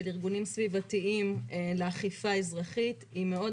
ארגונים סביבתיים לאכיפה אזרחית היא מאוד,